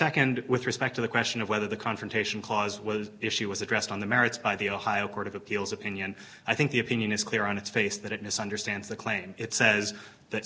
the nd with respect to the question of whether the confrontation clause issue was addressed on the merits by the ohio court of appeals opinion i think the opinion is clear on its face that it misunderstands the claim it says that